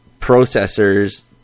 processors